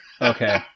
Okay